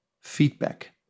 feedback